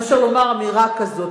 מאשר לומר אמירה כזאת.